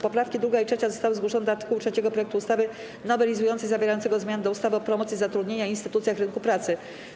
Poprawki 2. i 3. zostały zgłoszone do art. 3 projektu ustawy nowelizującej zawierającego zmiany do ustawy o promocji zatrudnienia i instytucjach rynku pracy.